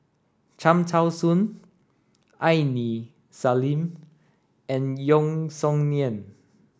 Cham Tao Soon Aini Salim and Yeo Song Nian